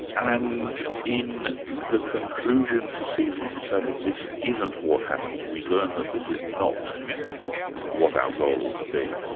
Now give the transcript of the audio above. and in the conclusion to season seven, this isn't what happens. we learn that this is not what our goal ought to be.